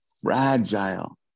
fragile